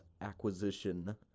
acquisition